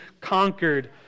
conquered